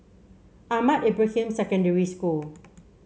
Ahmad Ibrahim Secondary School